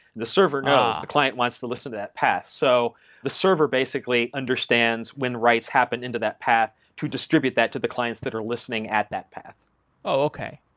the server knows. the client wants to listen to that path. so the server basically understands when rights happen into that path to distribute that to the clients that are listening at that path okay.